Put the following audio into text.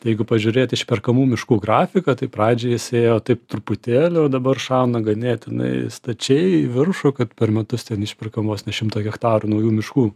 jeigu pažiūrėt išperkamų miškų grafiką tai pradžioj jis ėjo taip truputėlį o dabar šauna ganėtinai stačiai į viršų kad per metus ten išperkam vos ne šimtą hektarų naujų miškų